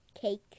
Cake